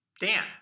Dan